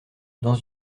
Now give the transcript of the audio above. dans